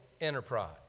enterprise